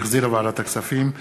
שהחזירה ועדת הכספים,